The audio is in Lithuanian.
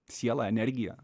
sielą energiją